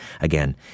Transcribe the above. Again